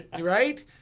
Right